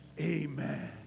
Amen